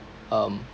um